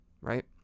right